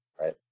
Right